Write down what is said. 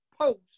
post